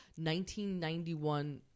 1991